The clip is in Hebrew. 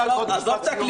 עזוב את הקלישאות.